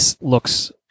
looks